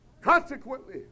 Consequently